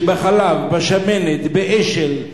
שחלב, שמנת, אשל,